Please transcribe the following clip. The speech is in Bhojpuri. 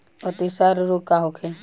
अतिसार रोग का होखे?